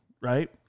Right